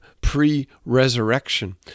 pre-resurrection